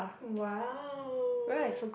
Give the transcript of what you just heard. !wow!